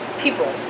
people